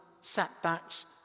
setbacks